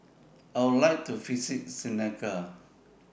I Would like to visit Senegal